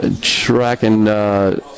tracking